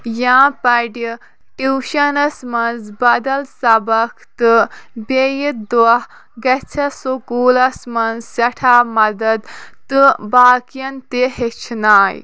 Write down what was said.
یا پَرِ ٹیوٗشَنَس منٛز بَدل سبق تہٕ بیٚیہِ دۄہ گَژَھٮ۪س سکوٗلَس منٛز سٮ۪ٹھاہ مَدد تہٕ باقِیَن تِہ ہیٚچِھناے